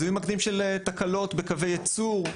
זיהוי מקדים של תקלות בקווי ייצור,